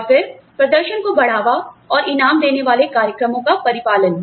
और फिर प्रदर्शन को बढ़ावा और इनाम देने वाले कार्यक्रमों का परिपालन